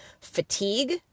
fatigue